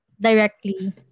directly